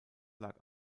lag